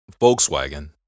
Volkswagen